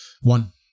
One